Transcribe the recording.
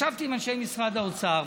ישבתי עם אנשי משרד האוצר,